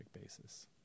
basis